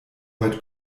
weit